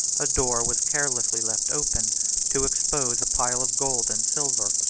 a door was carelessly left open to expose a pile of gold and silver,